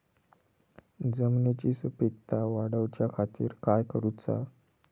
जमिनीची सुपीकता वाढवच्या खातीर काय करूचा?